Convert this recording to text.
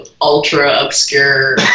ultra-obscure